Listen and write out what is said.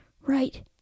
right